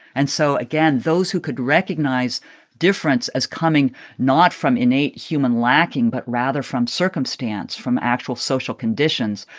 and so, again, those who could recognize difference as coming not from innate human lacking but rather from circumstance, from actual social conditions,